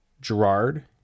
Gerard